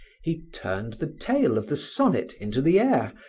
he turned the tail of the sonnet into the air,